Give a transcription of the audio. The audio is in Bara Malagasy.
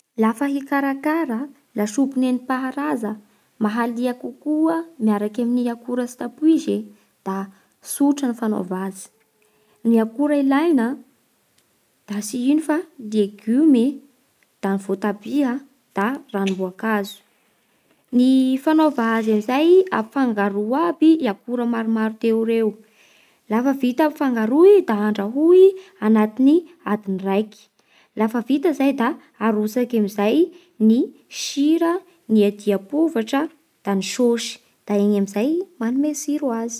Lafa hikarakara lasopy nentim-paharaza mahalia kokoa miaraky ny akora tsy nampoizy e da tsotra ny fanaova azy. Ny akora ilaigna da tsy ino fa legiomy e, da ny voatabia, da ranom-boankazo. Ny fanaova azy an'izay: afangaro iaby i akora maromaro aby teo ireo. Lafa vita ny fangaro i da andrahoy agnatin'ny adiny raiky. Lafa vita izay da arotsaky amin'izay ny sira, ny adiapovatra da ny sôsy. Da igny amin'izay manome tsiro azy.